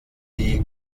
die